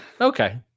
Okay